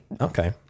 Okay